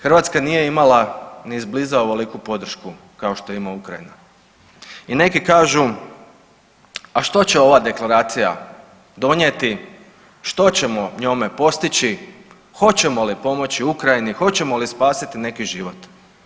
Hrvatska nije imala ni izbliza ovoliku podršku kao što ima Ukrajina i neki kažu, a što će ova deklaracija donijeti, što ćemo njome postići, hoćemo li pomoći Ukrajini, hoćemo li spasiti neki život.